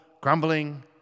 grumbling